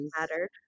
mattered